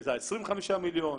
שזה ה-25 מיליון,